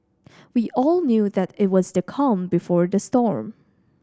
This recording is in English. we all knew that it was the calm before the storm